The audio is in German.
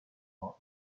war